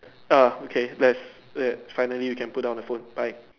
um okay let's there finally you can put down the phone bye